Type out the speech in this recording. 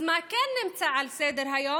אז מה כן נמצא על סדר-היום?